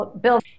Bill